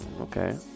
Okay